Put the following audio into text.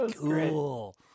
Cool